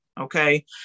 Okay